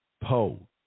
Poe